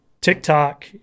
TikTok